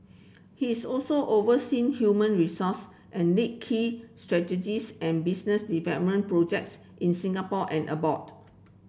he is also oversee human resource and lead key strategies and business projects in Singapore and abroad